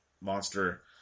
monster